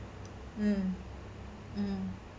mm mm